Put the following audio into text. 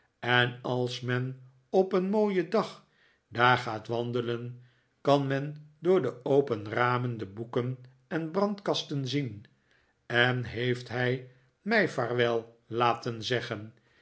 en als men op een mooien dag daar gaat wandelen kan men door de open ramen de boeken en brandkasten zien en heeft hij mij vaarwel laten zeggen